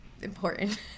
important